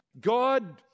God